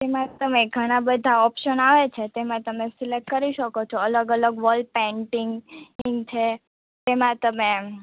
એમાં તમે ઘણા બધા ઑપશન આવે છે તેમાં તમે સિલેક્ટ કરી શકો છો અલગ અલગ વોલ પેઇન્ટિંગ છે તેમાં તમે